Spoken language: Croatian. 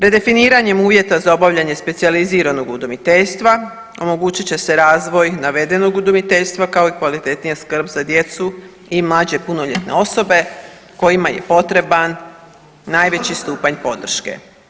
Redefiniranjem uvjeta za obavljanje specijaliziranog udomiteljstva omogućit će se razvoj navedenog udomiteljstva kao i kvalitetnija skrb za djecu i mlađe punoljetne osobe kojima je potreban najveći stupanj podrške.